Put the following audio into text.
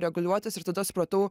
reguliuotis ir tada supratau